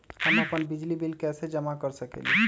हम अपन बिजली बिल कैसे जमा कर सकेली?